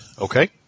Okay